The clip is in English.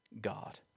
God